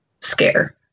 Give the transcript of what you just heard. scare